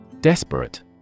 Desperate